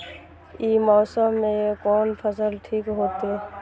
ई मौसम में कोन फसल ठीक होते?